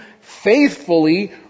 faithfully